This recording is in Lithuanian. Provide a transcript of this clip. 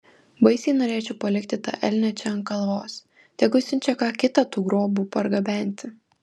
baisiai norėčiau palikti tą elnią čia ant kalvos tegu siunčia ką kitą tų grobų pargabenti